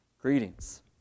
Greetings